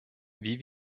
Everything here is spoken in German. wie